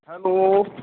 hello